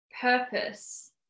purpose